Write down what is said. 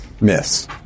miss